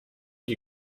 die